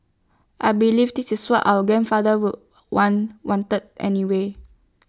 I believe this is what our grandfather would one wanted anyway